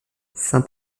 saint